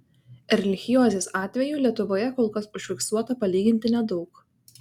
erlichiozės atvejų lietuvoje kol kas užfiksuota palyginti nedaug